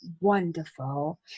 wonderful